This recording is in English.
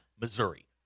Missouri